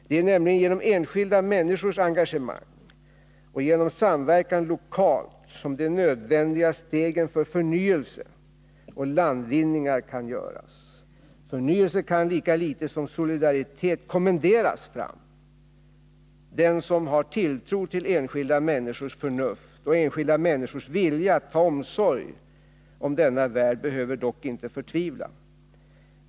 Det är nämligen genom enskilda människors engagemang och genom samverkan lokalt som de nödvändiga stegen för förnyelse kan tas och landvinningar göras. Förnyelse kan lika litet som solidaritet kommenderas fram. Den som har tilltro till enskilda människors förnuft och enskilda människors vilja att ta omsorg om denna värld behöver dock inte förtvivla.